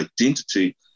identity